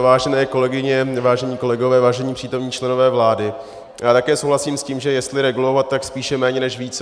Vážené kolegyně, vážení kolegové, vážení přítomní členové vlády, já také souhlasím s tím, že jestli regulovat, tak spíše méně než více.